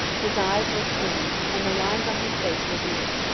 his eyes looked dim, and the lines on his face were deep.